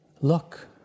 look